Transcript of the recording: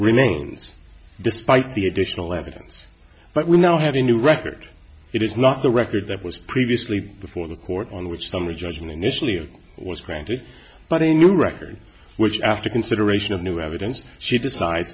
remains despite the additional evidence but we now have a new record it is not the record that was previously before the court on which summary judgment initially was granted but a new record which after consideration of new evidence she decide